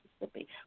Mississippi